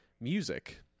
music